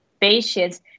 patients